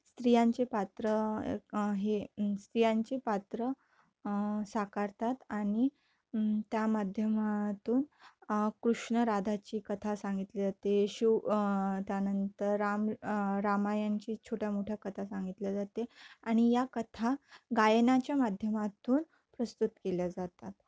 स्त्रियांचे पात्र हे स्त्रियांचे पात्र साकारतात आणि त्या माध्यमातून कृष्ण राधाची कथा सांगितली जाते शिव त्यानंतर राम रामायणाची छोट्या मोठ्या कथा सांगितल्या जाते आणि या कथा गायनाच्या माध्यमातून प्रस्तुत केल्या जातात